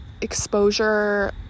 exposure